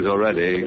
Already